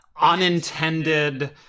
unintended